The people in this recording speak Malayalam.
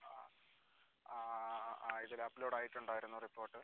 ആ ആ ആ ആ ആ ഇതിൽ അപ്ലോഡ് ആയിട്ടുണ്ടായിരുന്നു റിപ്പോർട്ട്